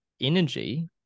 energy